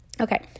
Okay